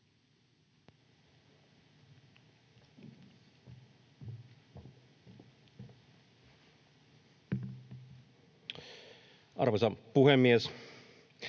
Arvoisa puhemies!